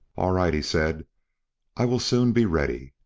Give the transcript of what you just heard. all right, he said i will soon be ready.